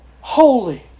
holy